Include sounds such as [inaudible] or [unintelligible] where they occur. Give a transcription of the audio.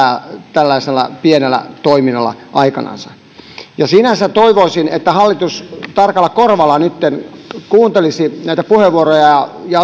tällaisella pienellä toiminnalla aikanansa sinänsä toivoisin että hallitus tarkalla korvalla nytten kuuntelisi näitä puheenvuoroja ja [unintelligible]